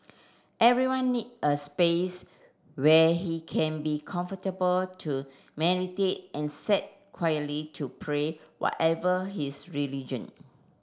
everyone need a space where he can be comfortable to meditate and sat quietly to pray whatever his religion